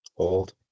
Hold